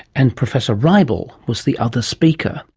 and professor reible was the other speaker.